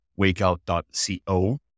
wakeout.co